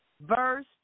Verse